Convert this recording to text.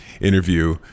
interview